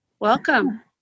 Welcome